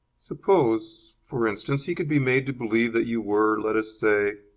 suppose, for instance, he could be made to believe that you were, let us say,